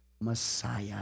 Messiah